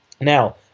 Now